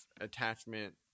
attachment